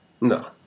No